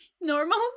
normal